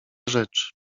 rzecz